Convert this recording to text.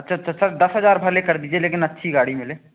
sir sir sir दस हज़ार भले कर दीजिए लेकिन अच्छी गाड़ी मिले